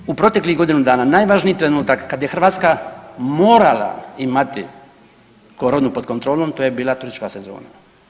Naime, u proteklih godinu dana najvažniji trenutak kada je Hrvatska morala imati koronu pod kontrolom to je bila turistička sezona.